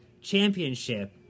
Championship